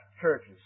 churches